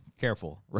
Careful